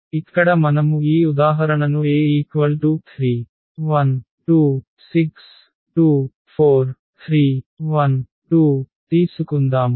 ఇక్కడ మనము ఈ ఉదాహరణను A 3 1 2 6 2 4 3 1 2 తీసుకుందాము